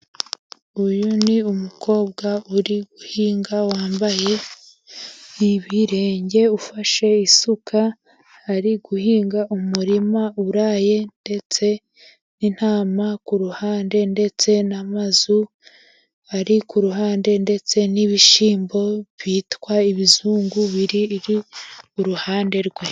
Uyu ni umukobwa uri guhinga wambaye ibirenge ufashe isuka. Ari guhinga umurima uraye ndetse n'intama ku ruhande, ndetse n'amazu ari ku ruhande, ndetse n'ibishyimbo byitwa ibizungu biri iruhande rwe.